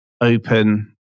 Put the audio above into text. open